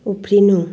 उफ्रिनु